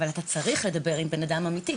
אבל אתה צריך לדבר עם בן אדם אמיתי,